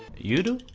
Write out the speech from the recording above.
you do?